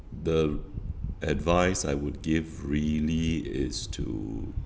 the advice I would give really is to